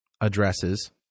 addresses